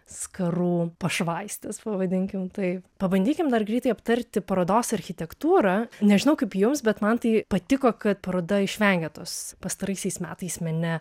skarų pašvaistės pavadinkim tai pabandykim dar greitai aptarti parodos architektūrą nežinau kaip jums bet man tai patiko kad paroda išvengė tos pastaraisiais metais mene